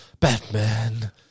Batman